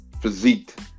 physique